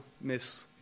miss